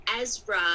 Ezra